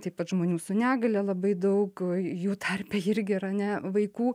taip pat žmonių su negalia labai daug jų tarpe irgi yra ne vaikų